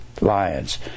lions